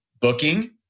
booking